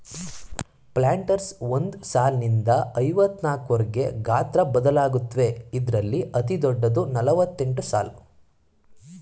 planters ಒಂದ್ ಸಾಲ್ನಿಂದ ಐವತ್ನಾಕ್ವರ್ಗೆ ಗಾತ್ರ ಬದಲಾಗತ್ವೆ ಇದ್ರಲ್ಲಿ ಅತಿದೊಡ್ಡದು ನಲವತ್ತೆಂಟ್ಸಾಲು